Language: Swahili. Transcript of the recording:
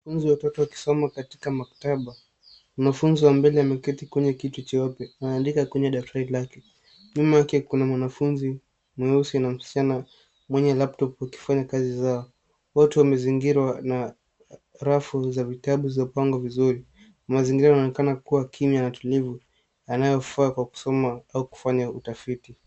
Wanafunzi watatu wakisoma kwenye maktaba. Mwanafunzi wa mbele ameketi kwenye kiti cheupe anaandika kwenye daftari lake. Nyuma yake kuna mwanafunzi mweusi na msichana mwenye laptop wakifanya kazi zao. Wote wamezingirwa na rafu za vitabu zilizopangwa vizuri. Mazingira yanaonekana kuwa kimya na tulivu yanayofaa kwa kusoma au kufanya utafiti.